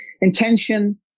intention